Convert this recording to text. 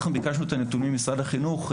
אנחנו ביקשנו את הנתונים ממשרד החינוך,